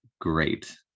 great